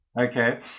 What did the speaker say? Okay